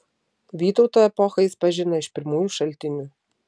vytauto epochą jis pažino iš pirmųjų šaltinių